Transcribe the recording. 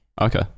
Okay